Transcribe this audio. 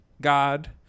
God